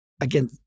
again